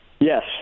Yes